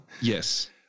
Yes